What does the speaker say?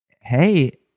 hey